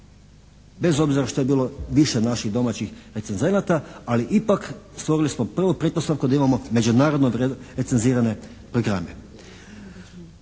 bez obzira što je bilo više naših domaćih recenzenata ali ipak stvorili smo prvu pretpostavku da imamo međunarodno recenzirane programe.